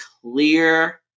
clear